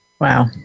Wow